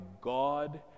God